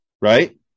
right